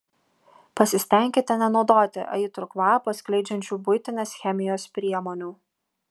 pasistenkite nenaudoti aitrų kvapą skleidžiančių buitinės chemijos priemonių